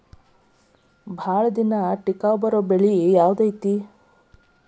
ದೇರ್ಘಕಾಲ ತಡಿಯೋ ಬೆಳೆ ಯಾವ್ದು ಐತಿ?